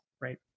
right